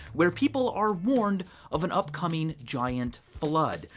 where people are warned of an upcoming giant flood.